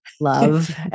love